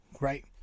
right